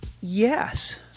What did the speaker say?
Yes